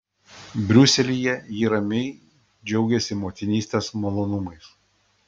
briuselyje ji ramiai džiaugiasi motinystės malonumais